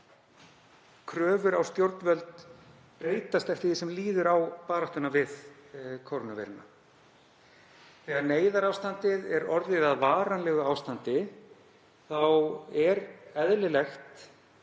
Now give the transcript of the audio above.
kröfur á stjórnvöld breytast eftir því sem líður á baráttuna við kórónuveiruna. Þegar neyðarástandið er orðið að varanlegu ástandi er eðlilegt,